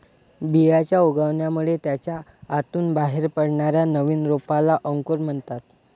बियांच्या उगवणामुळे त्याच्या आतून बाहेर पडणाऱ्या नवीन रोपाला अंकुर म्हणतात